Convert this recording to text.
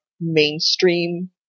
mainstream